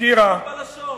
צדיקות בלשון.